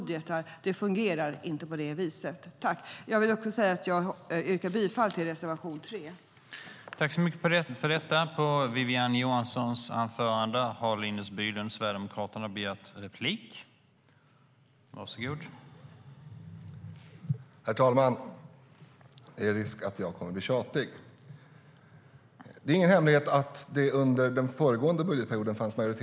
Det fungerar inte på det viset. Jag yrkar bifall till reservation 3.